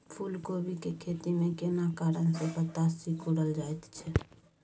फूलकोबी के खेती में केना कारण से पत्ता सिकुरल जाईत छै?